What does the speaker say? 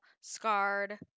scarred